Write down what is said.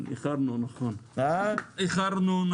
נכון, איחרנו.